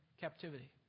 captivity